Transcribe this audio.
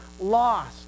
lost